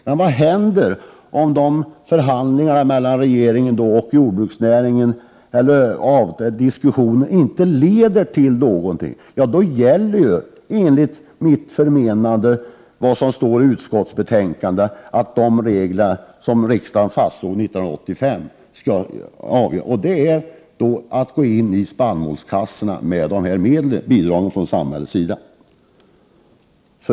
Men vad händer om de förhandlingarna inte leder till någonting? Då gäller enligt mitt förmenande det som står i utskottsbetänkandet, nämligen att de regler som riksdagen fastslog 1985 och som innebär att samhället skall gå in med bidrag till spannmålskassorna skall tillämpas.